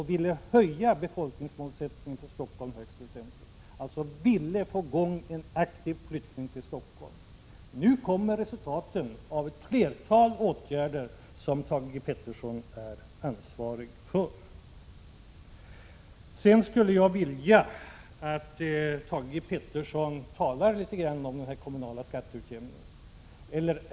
Han ville höja befolkningsomsättningen för Stockholm högst väsentligt och få i gång en aktiv flyttning till Stockholm. Nu kommer resultaten av ett flertal åtgärder som Thage G. Peterson är ansvarig för. Jag skulle vilja att Thage G. Peterson talar litet grand om den kommunala skatteutjämningen.